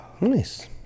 Nice